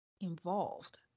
involved